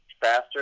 faster